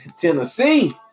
Tennessee